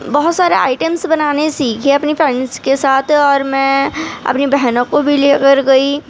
بہت سارے آئٹمس بنانے سیکھے اپنی فرینڈس کے ساتھ اور میں اپنی بہنوں کو بھی لے کر گئی